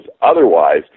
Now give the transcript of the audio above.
otherwise